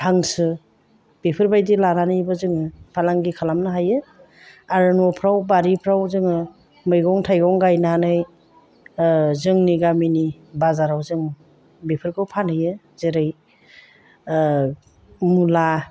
हांसो बेफोरबायदि लानानैबो जोङो फालांगि खालामनो हायो आरो न'फ्राव बारिफ्राव जोङो मैगं थाइगं गायनानै जोंनि गामिनि बाजाराव जों बेफोरखौ फानहैयो जेरै मुला